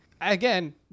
again